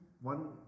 one